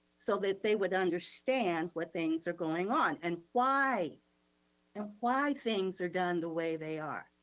so that they would understand what things are going on and why and why things are done the way they are.